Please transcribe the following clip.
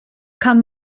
kann